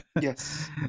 Yes